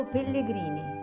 Pellegrini